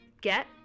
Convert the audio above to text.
get